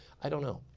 i don't know.